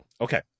Okay